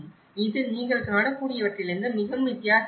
இது நீங்கள் காணக்கூடியவற்றிலிருந்து மிகவும் வித்தியாசமானது